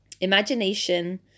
Imagination